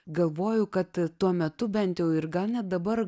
galvoju kad tuo metu bent jau ir gal net dabar